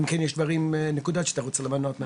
אלא אם כן יש נקודות שאתה רוצה להעלות.